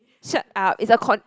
shut up it's a con~